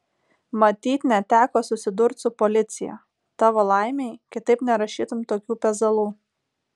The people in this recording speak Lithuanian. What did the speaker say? matyt neteko susidurt su policija tavo laimei kitaip nerašytum tokių pezalų